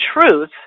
truth